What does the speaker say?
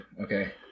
Okay